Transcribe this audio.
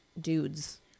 dudes